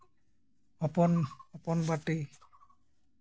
ᱦᱚᱯᱚᱱ ᱦᱚᱯᱚᱱ ᱵᱟᱹᱴᱤ